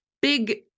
big